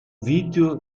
video